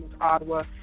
ottawa